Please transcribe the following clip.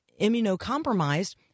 immunocompromised